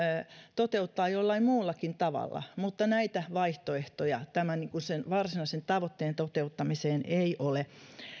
toteuttaa jollain muullakin tavalla mutta näitä vaihtoehtoja sen varsinaisen tavoitteen toteuttamiseen ei ole